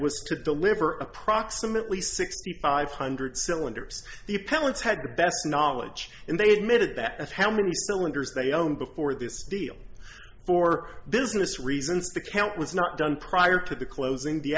was to deliver approximately sixty five hundred cylinders the pellets had the best knowledge and they admitted that how many cylinders they own before this deal for business reasons the count was not done prior to the closing the